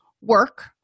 Work